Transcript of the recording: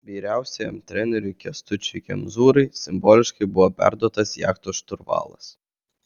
vyriausiajam treneriui kęstučiui kemzūrai simboliškai buvo perduotas jachtos šturvalas